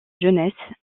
jeunesse